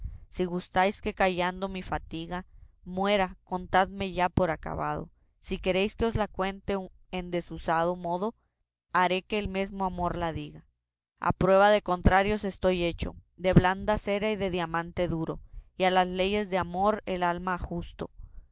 si gustáis que callando mi fatiga muera contadme ya por acabado si queréis que os la cuente en desusado modo haré que el mesmo amor la diga a prueba de contrarios estoy hecho de blanda cera y de diamante duro y a las leyes de amor el ama ajusto